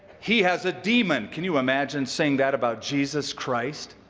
he has a demon. can you imagine saying that about jesus christ?